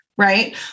right